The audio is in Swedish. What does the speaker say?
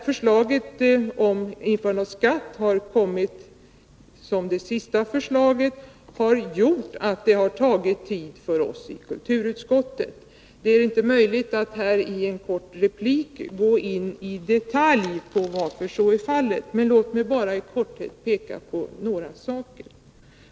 Förslaget om införande av skatt på kassetter har vi fått sist, vilket har gjort att det har tagit tid för oss i kulturutskottet att komma med vårt betänkande. Det är inte möjligt att i en kort replik gå in i detalj på varför så blivit fallet, men låt mig i korthet peka på några saker.